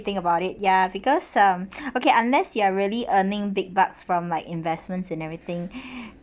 think about it ya because um okay unless you are really earning big bucks from like investments and everything